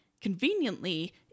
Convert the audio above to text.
Conveniently